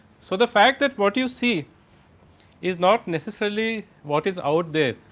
so, the fact it what you see is not necessarily what is out there